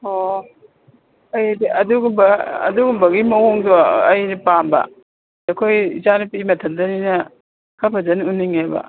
ꯑꯣ ꯑꯩꯗꯤ ꯑꯗꯨꯒꯨꯝꯕ ꯑꯗꯨꯒꯨꯝꯕꯒꯤ ꯃꯑꯣꯡꯗꯣ ꯑꯩꯅ ꯄꯥꯝꯕ ꯑꯩꯈꯣꯏ ꯏꯆꯥꯅꯨꯄꯤ ꯃꯊꯟꯇꯅꯤꯅ ꯈꯔ ꯐꯖꯅ ꯎꯟꯅꯤꯡꯉꯦꯕ